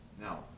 Now